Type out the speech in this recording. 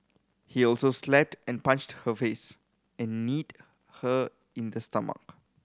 he also slapped and punched her face and kneed her in the stomach